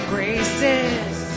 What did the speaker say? Graces